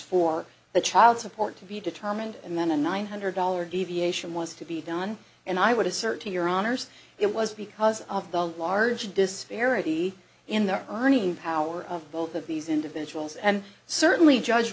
for the child support to be determined and then a nine hundred dollars deviation was to be done and i would assert to your honor's it was because of the large disparity in their earning power of both of these individuals and certainly judge